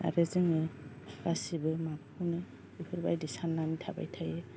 आरो जोङो गासैबो माबाखौनो बेफोरबायदि साननानै थाबाय थायो